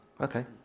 Okay